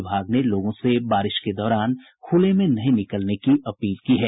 विभाग ने लोगों से बारिश के दौरान खूले में नहीं निकलने की अपील की है